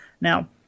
Now